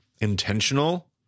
intentional